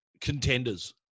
contenders